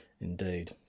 indeed